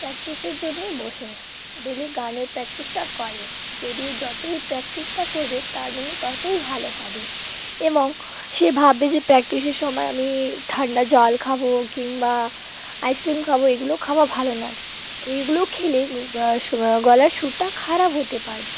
প্র্যাকটিসের জন্যেই বসে ডেলি গানের প্র্যাকটিসটা করে যদিও যতই প্র্যাকটিসটা করবে তার জন্যে ততই ভালো হবে এবং সে ভাববে যে প্র্যাকটিসের সময় আমি ঠান্ডা জল খাবো কিংবা আইসক্রিম খাবো এগুলো খাওয়া ভালো নায় এগুলো খেলে গলার সুরটা খারাপ হতে পারবে